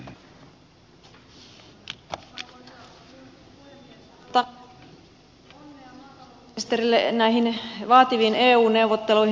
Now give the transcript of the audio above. toivotan onnea maatalousministerille näihin vaativiin eu neuvotteluihin